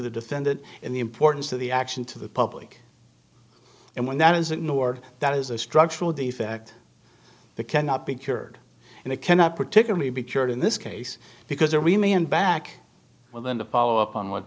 the defendant and the importance of the action to the public and when that is ignored that is a structural defect they cannot be cured and they cannot particularly be cured in this case because there remain back well then to follow up on what